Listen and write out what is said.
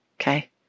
Okay